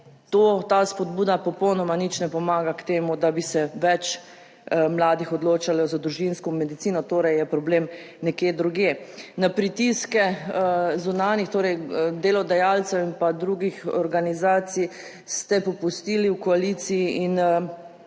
da ta spodbuda popolnoma nič ne pomaga k temu, da bi se več mladih odločalo za družinsko medicino, torej je problem nekje drugje. Na pritiske zunanjih, torej delodajalcev in pa drugih organizacij ste popustili v koaliciji in